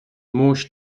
مشت